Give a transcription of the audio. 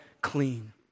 clean